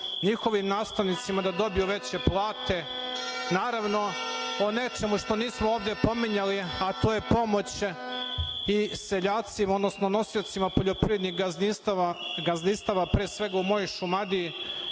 njihovim nastavnicima da dobiju veće plate, naravno, o nečemu što nismo ovde pominjali, a to je pomoć i seljacima, odnosno nosiocima poljoprivrednih gazdinstava, pre svega u mojoj Šumadiji,